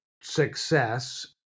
success